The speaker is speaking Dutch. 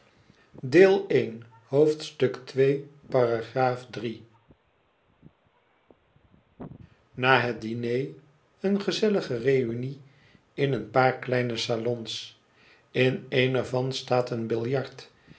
na het diner een gezellige reunie in een paar kleine salons in een ervan staat een biljart